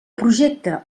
projecte